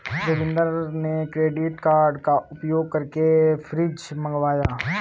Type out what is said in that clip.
जोगिंदर ने credit card का उपयोग करके फ्रिज मंगवाया